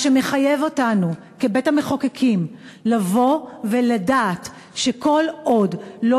מה שמחייב אותנו כבית-המחוקקים לבוא ולדעת שכל עוד לא